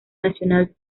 national